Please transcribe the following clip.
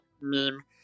meme